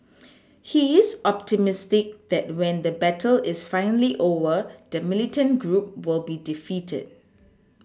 he is optimistic that when the battle is finally over the militant group will be defeated